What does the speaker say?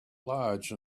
large